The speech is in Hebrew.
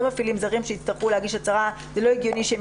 מפעילים זרם שיצטרכו להגיש הצהרה ולא הגיוני שהם